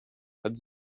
hat